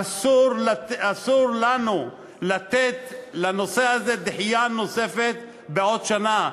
אסור לנו לתת לנושא הזה דחייה נוספת בעוד שנה.